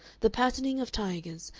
the patterning of tigers,